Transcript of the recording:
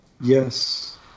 Yes